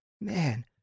man